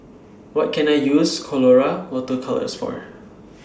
What Can I use Colora Water Colours For